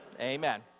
Amen